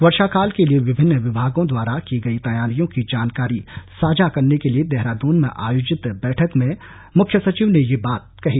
वर्षाकाल के लिए विभिन्न विभागों द्वारा की गई तैयारियों की जानकारी साझा करने के लिए देहरादून में आयोजित बैठक में मुख्य सचिव ने यह बात कही